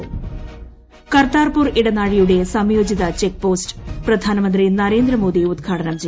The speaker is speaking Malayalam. ക കർത്താർപൂർ ഇടനാഴിയുടെ സ്ട്രുയോജിത ചെക്ക് പോസ്റ്റ് ന് പ്രധാനമന്ത്രി നരേന്ദ്രമോദി ഉദ്ഘാടനം ചെയ്തു